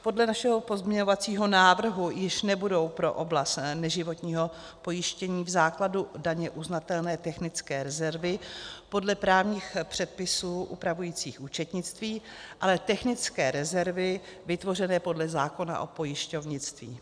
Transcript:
Podle našeho pozměňovacího návrhu již nebudou pro oblast neživotního pojištění v základu daně uznatelné technické rezervy podle právních předpisů upravujících účetnictví, ale technické rezervy vytvořené podle zákona o pojišťovnictví.